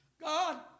God